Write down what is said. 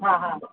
हा हा